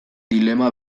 dilema